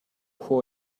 who